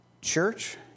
church